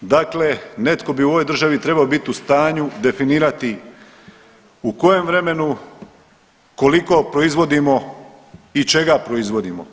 Dakle, netko bi u ovoj državi trebao biti u stanju definirati u kojem vremenu, koliko proizvodimo i čega proizvodimo?